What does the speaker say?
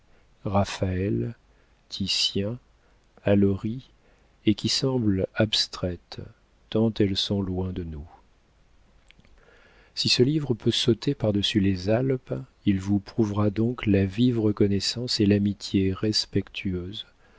raphaël titien allori et qui semblent abstraites tant elles sont loin de nous si ce livre peut sauter par-dessus les alpes il vous prouvera donc la vive reconnaissance et l'amitié